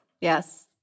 yes